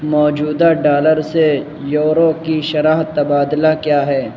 موجودہ ڈالر سے یورو کی شرح تبادلہ کیا ہے